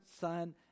Son